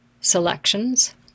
selections